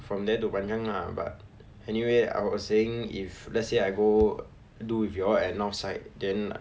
from there to panjang lah but anyway I was saying if let's say I go do if you all at north side then